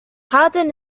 hardin